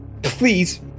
Please